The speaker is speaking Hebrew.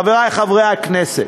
חברי חברי הכנסת,